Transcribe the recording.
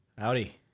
Howdy